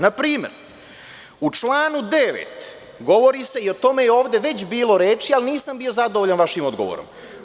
Na primer, u članu 9. govori se o tome i ovde je bilo već reči, ali nisam bio zadovoljan vašim odgovorom.